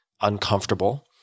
uncomfortable